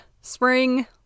Spring